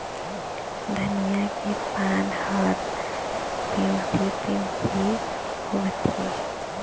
धनिया के पान हर पिवरी पीवरी होवथे?